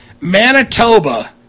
Manitoba